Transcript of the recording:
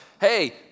hey